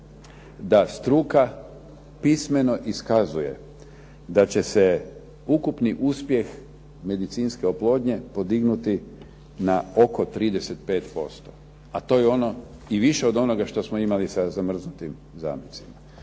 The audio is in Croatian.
da struka pismeno iskazuje da će se ukupni uspjeh medicinske oplodnje podignuti na oko 35%, a to je ono i više od onoga što smo imali sa zamrznutim zamecima.